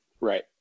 Right